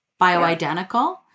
Bioidentical